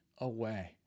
away